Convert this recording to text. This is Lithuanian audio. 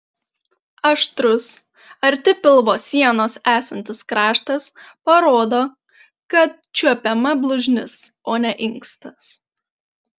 aštrus arti pilvo sienos esantis kraštas parodo kad čiuopiama blužnis o ne inkstas